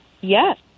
Yes